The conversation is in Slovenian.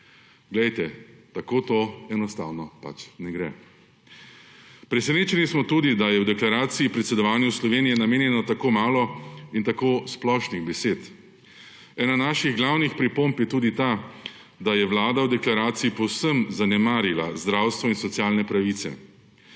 medijev. Tako to pač ne gre. Presenečeni smo tudi, da je v deklaraciji predsedovanju Slovenije namenjenih tako malo besed in še te so tako splošne. Ena naših glavnih pripomb je tudi ta, da je Vlada v deklaraciji povsem zanemarila zdravstvo in socialne pravice.